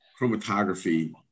chromatography